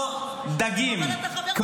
יושבים שרי ממשלת ישראל כמו דגים.